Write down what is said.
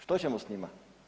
Što ćemo s njima?